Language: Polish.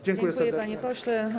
Dziękuję, panie pośle.